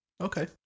okay